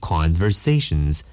Conversations